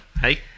hey